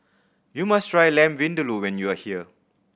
you must try Lamb Vindaloo when you are here